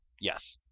Yes